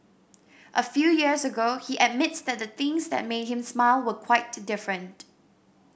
a few years ago he admits that the things that made him smile were quite different